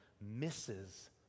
misses